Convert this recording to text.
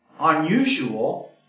unusual